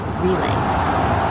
relay